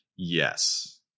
yes